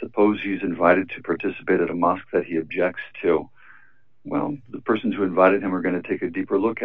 suppose he's invited to participate at a mosque that he objects to the person who invited him are going to take a deeper look